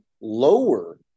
lower